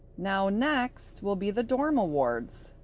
now, next will be the dorm awards.